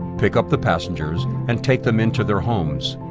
pick up the passengers, and take them into their homes.